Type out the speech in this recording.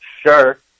sure